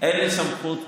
לא שומעים.